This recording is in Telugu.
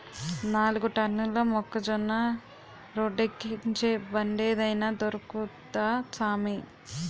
నాలుగు టన్నుల మొక్కజొన్న రోడ్డేక్కించే బండేదైన దొరుకుద్దా సామీ